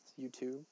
YouTube